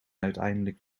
uiteindelijk